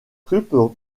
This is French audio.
krupp